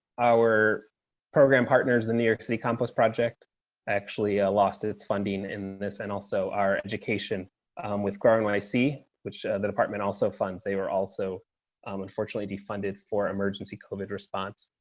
our program partners, the new york city compost project actually ah lost its funding in this and also our education with garden when i see which the department also funds. they were also um unfortunately defunded for emergency coded response.